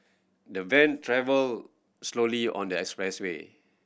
the van travelled slowly on the expressway